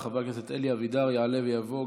חבר הכנסת אלי אבידר, יעלה ויבוא.